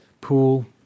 pool